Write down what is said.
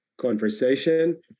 conversation